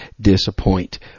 disappoint